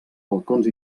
balcons